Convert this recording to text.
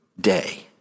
day